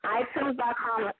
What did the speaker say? iTunes.com